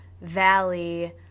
valley